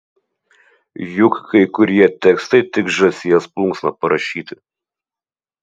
juk kai kurie tekstai tik žąsies plunksna parašyti